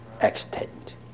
extent